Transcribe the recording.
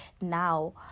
now